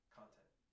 content